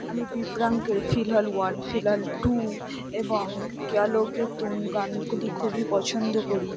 আমি বি প্রাকের Filhaal one Filhaal two এবং কেয়া লোগে তুম গানগুলি খুবই পছন্দ করি